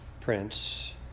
prince